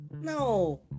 no